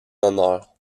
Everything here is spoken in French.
honneur